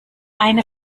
eine